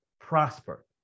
prosper